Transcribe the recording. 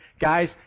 Guys